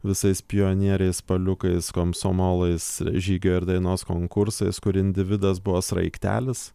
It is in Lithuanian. visais pionieriais spaliukais komsomolais žygio ir dainos konkursais kur individas buvo sraigtelis